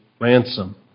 ransom